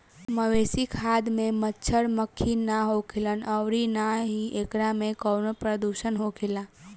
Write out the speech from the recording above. मवेशी खाद में मच्छड़, मक्खी ना होखेलन अउरी ना ही एकरा में कवनो प्रदुषण होखेला